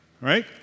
right